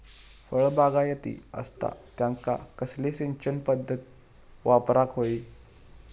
फळबागायती असता त्यांका कसली सिंचन पदधत वापराक होई?